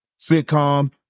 sitcom